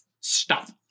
stop